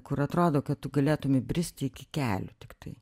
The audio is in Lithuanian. kur atrodo kad tu galėtum įbristi iki kelių tiktai